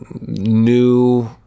new